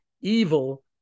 evil